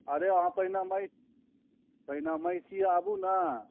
अरे अहाँ पहिने पहिने महिषी आबू ने